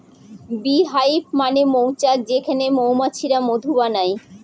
bee hive মানে মৌচাক যেখানে মৌমাছিরা মধু বানায়